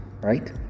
right